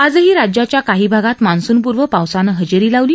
आजही राज्याच्या काही भागात मान्सूनपूर्व पावसानं हजेरी लावली